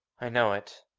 i know it.